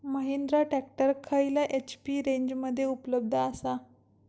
Mahindra tractor खयल्या HP रेंजमध्ये उपलब्ध आसा?